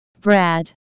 Brad